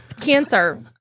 cancer